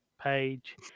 page